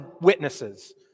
witnesses